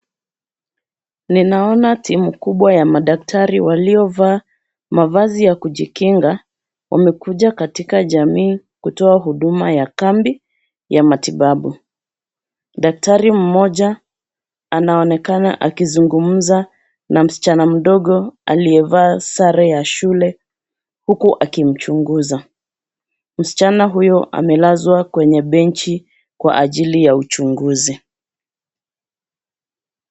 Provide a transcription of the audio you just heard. Ninaona timu kubwa ya madaktari waliovaa mavazi ya kujikinga, wamekuja katika jamii kutoa huduma ya kambi ya matibabu. Daktari mmoja anaonekana akizingumza na msichana mdogo aliyevaa sare ya shule, huku akimchunguza. Msichana huyo amelazwa kwenye benchi kwa ajili ya uchunguzi.